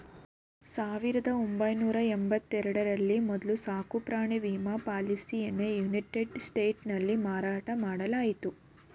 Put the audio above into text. ಸಾವಿರದ ಒಂಬೈನೂರ ಎಂಬತ್ತ ಎರಡ ರಲ್ಲಿ ಮೊದ್ಲ ಸಾಕುಪ್ರಾಣಿ ವಿಮಾ ಪಾಲಿಸಿಯನ್ನಯುನೈಟೆಡ್ ಸ್ಟೇಟ್ಸ್ನಲ್ಲಿ ಮಾರಾಟ ಮಾಡಲಾಯಿತು